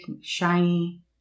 shiny